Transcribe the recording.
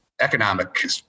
economic